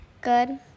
Good